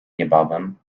niebawem